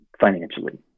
financially